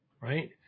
right